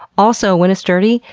also, when it's dirty,